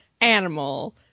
animal